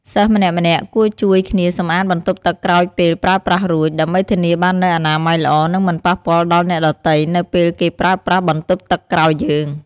សិស្សម្នាក់ៗគួរជួយគ្នាសម្អាតបន្ទប់ទឹកក្រោយពេលប្រើប្រាស់រួច ដើម្បីធានាបាននូវអនាម័យល្អនិងមិនប៉ះពាល់ដល់អ្នកដទៃនៅពេលគេប្រើប្រាស់បន្ទប់ទឹកក្រោយយើង។